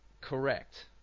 correct